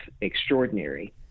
extraordinary